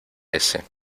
ése